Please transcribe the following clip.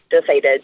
decided